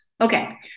okay